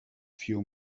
few